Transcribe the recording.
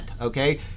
okay